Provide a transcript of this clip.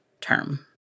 term